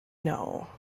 know